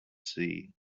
see